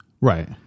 Right